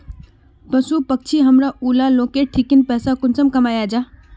पशु पक्षी हमरा ऊला लोकेर ठिकिन पैसा कुंसम कमाया जा?